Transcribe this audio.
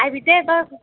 আহিবি দেই বা